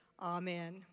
Amen